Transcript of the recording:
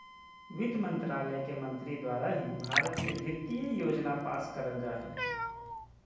वित्त मन्त्रालय के मंत्री द्वारा ही भारत के वित्तीय योजना पास करल जा हय